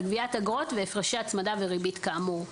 גביית אגרות והפרשי הצמדה וריבית כאמור.